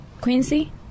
Quincy